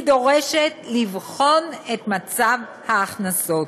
היא דורשת לבחון את מצב ההכנסות,